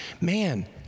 man